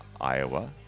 Iowa